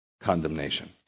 condemnation